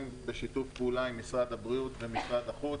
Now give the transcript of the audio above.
בשיתוף פעולה עם משרד הבריאות ועם משרד החוץ,